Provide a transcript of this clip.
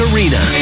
Arena